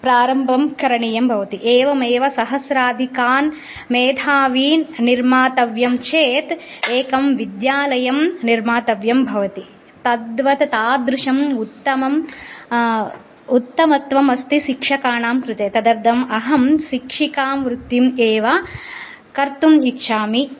प्रारम्भं करणीयं भवति एवमेव सहस्रादिकान् मेधावीन् निर्मातव्यं चेत् एकं विद्यालयं निर्मातव्यं भवति तद्वत् तादृशम् उत्तमं उत्तमत्वमस्ति शिक्षकाणां कृते तदर्थम् अहं शिक्षिकावृत्तिम् एव कर्तुम् इच्छामि